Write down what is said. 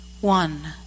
One